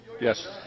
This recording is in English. Yes